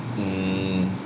hmm